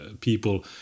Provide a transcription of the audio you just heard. people